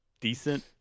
decent